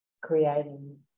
creating